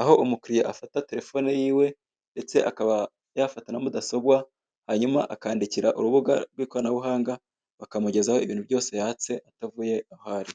aho umukiriya afata terefone yiwe ndetse akaba yafata na mudasobwa hanyuma akandikira urubuga rw'ikoranabuhanga, bakamugezaho ibintu byose yatse atavuye aho ari.